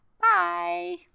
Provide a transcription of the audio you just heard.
Bye